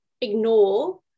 ignore